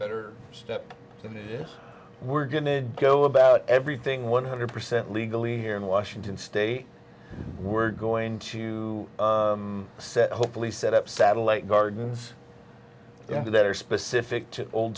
better step in that is we're going to go about everything one hundred percent legally here in washington state we're going to set hopefully set up satellite gardens that are specific to old